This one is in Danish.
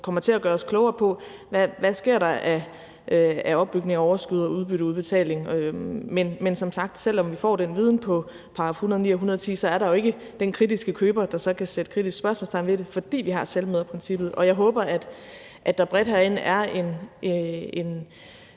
kommer til at gøre os klogere på, hvad der sker af opbygning, overskud og udbytteudbetaling. Men som sagt, selv om vi får den viden på §§ 109 og 110, er der jo ikke den kritiske køber, der så kan sætte et kritisk spørgsmålstegn ved det, fordi vi har selvmøderprincippet, og jeg håber, at der bredt herinde er en